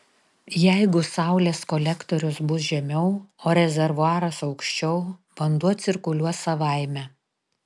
jeigu saulės kolektorius bus žemiau o rezervuaras aukščiau vanduo cirkuliuos savaime